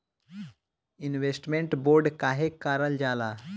Investment bond काहे कारल जाला?